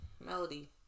melody